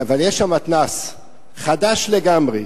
יש שם מתנ"ס, חדש לגמרי,